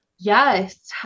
yes